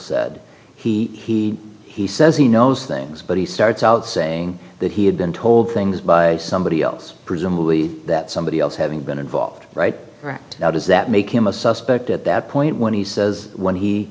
s he he says he knows things but he starts out saying that he had been told things by somebody else presumably that somebody else having been involved right now does that make him a suspect at that point when he says when he